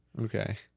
Okay